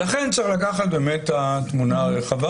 ולכן צריך לקחת באמת את התמונה הרחבה.